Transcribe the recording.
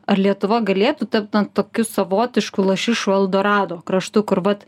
ar lietuva galėtų tapt nu tokiu savotišku lašišų eldorado kraštu kur vat